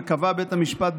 וקבע בית המשפט,